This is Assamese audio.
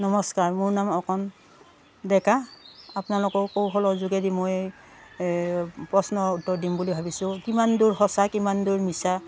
নমস্কাৰ মোৰ নাম অকণ ডেকা আপোনালোকক কৌশলৰ যোগেদি মই প্ৰশ্ন উত্তৰ দিম বুলি ভাবিছোঁ কিমান দূৰ সঁচা কিমান দূৰ মিছা